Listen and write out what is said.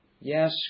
Yes